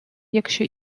якщо